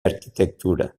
arquitectura